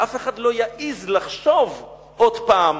שאף אחד לא יעז לחשוב עוד פעם